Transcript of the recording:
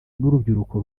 n’urubyiruko